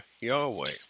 Yahweh